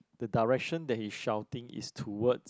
the direction that he shouting is towards